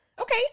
Okay